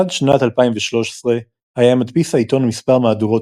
עד שנת 2013 היה מדפיס העיתון מספר מהדורות